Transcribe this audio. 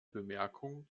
bemerkung